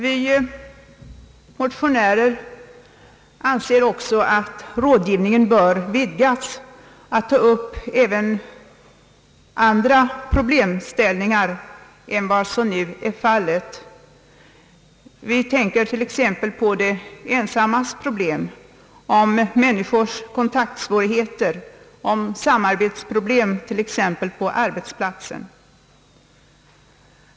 Vi motionärer anser också att rådgivningen bör vidgas att ta upp även andra problemställningar än vad som nu är fallet. Vi tänker t.ex. på de ensammas problem, på människors kontaktsvårigheter, på samarbetsproblem, t.ex. på arbetsplatsen.